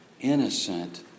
innocent